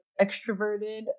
extroverted